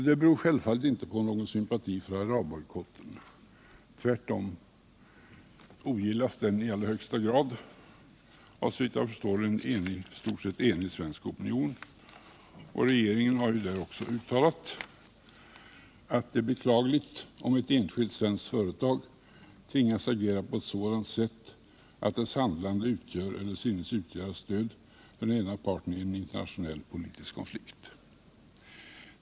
Det beror självfallet inte på någon sympati för bojkotten. Tvärtom ogillas den i allra högsta grad av en, såvitt jag förstår, i stort sett enig svensk opinion, Regeringen har också uttalat att det är beklagligt om ett enskilt svenskt företag tvingas agera på ett sådant sätt att dess handlande utgör eller synes utgöra stöd för den ena parten i en internationell politisk konflikt.